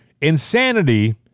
Insanity